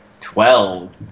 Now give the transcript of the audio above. Twelve